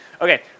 Okay